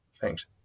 Thanks